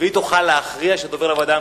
והיא תוכל להכריע שזה עובר לוועדה המשותפת.